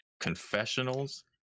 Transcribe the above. confessionals